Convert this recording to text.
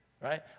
right